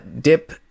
Dip